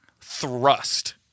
thrust